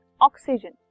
oxygen